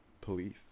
police